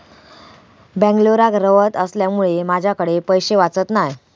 बेंगलोराक रव्हत असल्यामुळें माझ्याकडे पैशे वाचत नाय